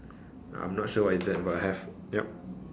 I'm not sure what is that but have ya